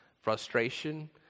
frustration